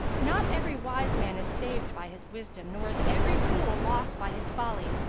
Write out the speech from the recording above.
not every wise man is saved by his wisdom, nor is every fool lost by his folly.